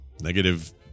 negative